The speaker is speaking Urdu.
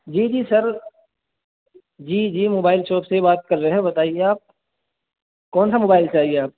جی جی سر جی جی موبائل شاپ سے ہی بات کر رہے ہیں بتائیے آپ کون سا موبائل چاہیے آپ